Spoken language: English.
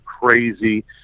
crazy